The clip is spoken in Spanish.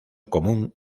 común